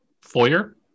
foyer